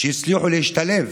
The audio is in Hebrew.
שהצליחו להשתלב